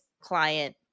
client